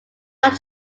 not